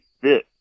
fit